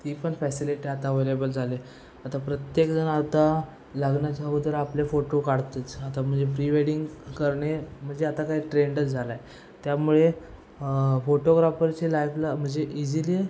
ती पण फॅसिलिटी आता अव्हेलेबल झाले आता प्रत्येकजण आता लग्नाच्या अगोदर आपले फोटो काढतंच आता म्हणजे प्री वेडिंग करणे म्हणजे आता काय ट्रेंडच झालाय त्यामुळे फोटोग्राफरचे लाईफला म्हणजे इझिली